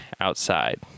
outside